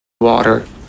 water